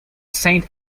saint